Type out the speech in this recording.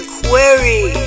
query